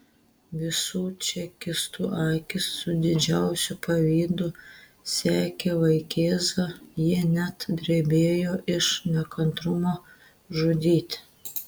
visų čekistų akys su didžiausiu pavydu sekė vaikėzą jie net drebėjo iš nekantrumo žudyti